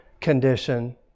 condition